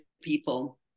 people